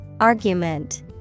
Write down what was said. Argument